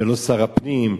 וזה לא שר הפנים,